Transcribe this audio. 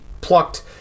plucked